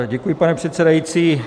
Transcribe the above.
Děkuji, pane předsedající.